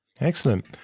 Excellent